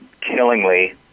Killingly